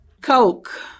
Coke